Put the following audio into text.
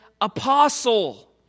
apostle